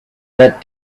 that